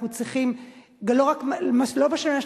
לא משנה,